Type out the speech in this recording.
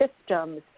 systems